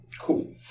Cool